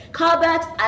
callbacks